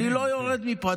אני לא יורד מפה.